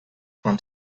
from